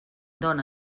dóna